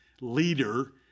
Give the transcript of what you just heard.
leader